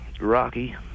Rocky